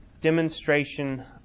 demonstration